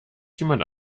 jemand